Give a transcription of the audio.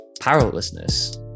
powerlessness